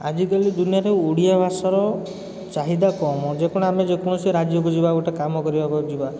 ଆଜିକାଲି ଦୁନିଆରେ ଓଡ଼ିଆ ଭାଷାର ଚାହିଦା କମ୍ ଯେକୌଣ ଆମେ ଯେକୌଣସି ରାଜ୍ୟକୁ ଯିବା ଗୋଟେ କାମ କରିବାକୁ ଯିବା